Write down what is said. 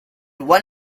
one